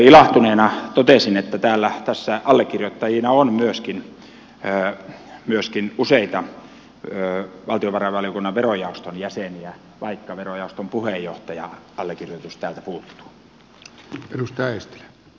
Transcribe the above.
ilahtuneena totesin että tässä allekirjoittajina on myöskin useita valtiovarainvaliokunnan verojaoston jäseniä vaikka verojaoston puheenjohtajan allekirjoitus täältä puuttuu